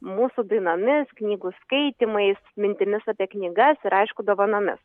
mūsų dainomis knygų skaitymais mintimis apie knygas ir aišku dovanomis